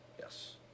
Yes